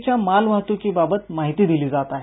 च्या मालवाहतूकीबाबत माहिती दिली जात आहे